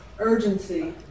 urgency